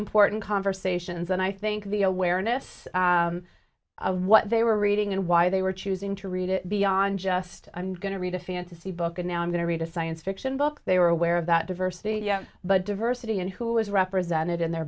important conversations and i think the awareness of what they were reading and why they were choosing to read it beyond just going to read a fantasy book and now i'm going to read a science fiction book they were aware of that diversity yeah but diversity and who was represented in their